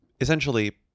essentially